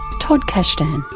todd kashdan.